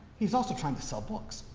he's also trying to sell books,